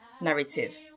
Narrative